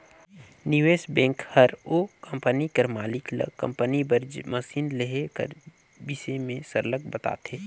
निवेस बेंक हर ओ कंपनी कर मालिक ल कंपनी बर मसीन लेहे कर बिसे में सरलग बताथे